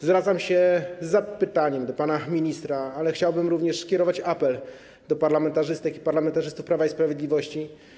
Zwracam się z zapytaniem do pana ministra, ale chciałbym również skierować apel do parlamentarzystek i parlamentarzystów Prawa i Sprawiedliwość.